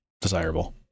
desirable